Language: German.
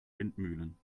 windmühlen